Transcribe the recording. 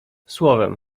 słowem